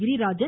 Girirajan